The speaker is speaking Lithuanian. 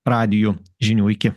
radiju žinių iki